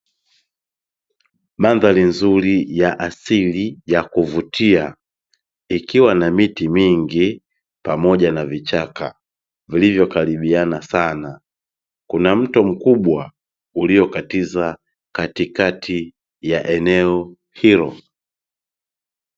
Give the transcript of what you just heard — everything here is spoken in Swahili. Mandhari nzuri ya asili ya kuvutia, ikiwa na miti mingi pamoja na vichaka vilivyokaribiana sana. Kuna mto mkubwa, uliokatiza katikati ya eneo hilo.